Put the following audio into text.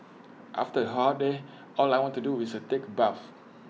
after A hot day all I want to do is A take bath